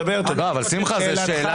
תראה, מכיוון ש --- לא, גלעד, שאלתך